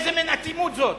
איזה מין אטימות זאת?